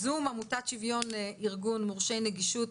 עמותת שוויון ארגון מורשי נגישות,